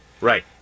Right